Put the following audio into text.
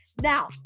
Now